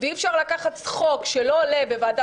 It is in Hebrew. חדש לחלוטין.